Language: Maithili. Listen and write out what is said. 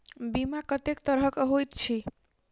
बीमा कत्तेक तरह कऽ होइत छी?